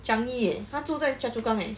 changi eh 他住在 choa chu kang eh